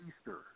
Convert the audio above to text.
Easter